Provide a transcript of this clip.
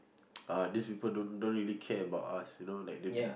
uh these people don't don't really care about us you know like they